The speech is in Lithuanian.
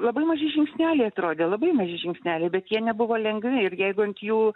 labai maži žingsneliai atrodė labai maži žingsneliai bet jie nebuvo lengvi ir jeigu ant jų